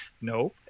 No